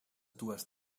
dues